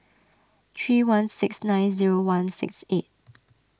three one six nine zero one six eight